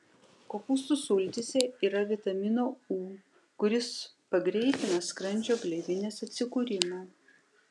kopūstų sultyse yra vitamino u kuris pagreitina skrandžio gleivinės atsikūrimą